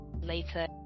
later